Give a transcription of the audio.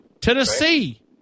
Tennessee